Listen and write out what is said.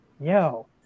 yo